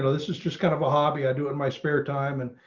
this is just kind of a hobby. i do in my spare time. and,